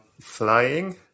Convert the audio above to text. flying